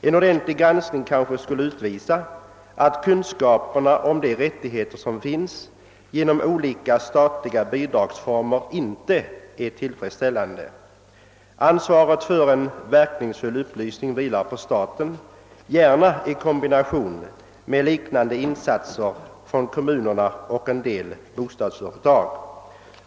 En ordentlig granskning kanske skulle utvisa att kunskaperna om de rättigheter som finns i samband med olika statliga bidragsformer inte är tillfredsställande. Ansvaret för en meningsfull upplysning vilar på staten, men den kunde gärna kombineras med liknande insatser från kommunerna och en del bostadsföretag.